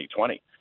2020